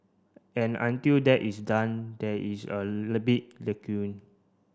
and until that is done there is a big